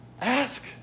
Ask